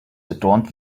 adorned